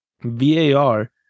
VAR